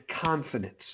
confidence